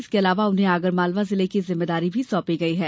इसके अलावा उन्हें आगरमालवा जिले की जिम्मेदारी भी सौंपी गयी है